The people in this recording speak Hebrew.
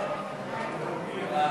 מי נגד?